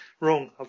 Wrong